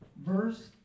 Verse